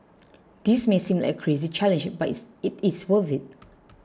this may seem like a crazy challenge but it's it is worth it